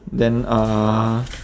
then uh